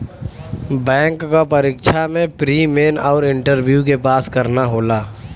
bank क परीक्षा में प्री, मेन आउर इंटरव्यू के पास करना होला